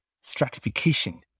stratification